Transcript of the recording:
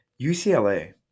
UCLA